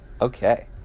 Okay